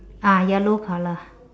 ah yellow colour